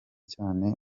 cyane